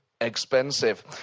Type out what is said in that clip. expensive